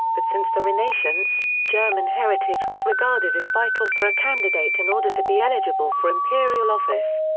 but since the renaissance, german heritage was regarded as vital for a candidate in order to be eligible for imperial office.